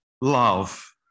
love